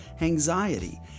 anxiety